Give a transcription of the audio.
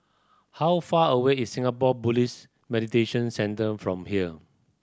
how far away is Singapore Buddhist Meditation Centre from here